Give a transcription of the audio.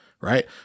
Right